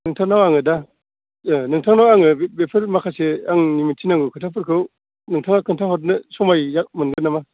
नोंथांनाव आङो दा नोंथांनाव आङो बेफोर माखासे आंनि मिथिनांगौ खोथाफोरखौ नोंथाङा खोन्था हरनो समाय दा मोनगोन नामा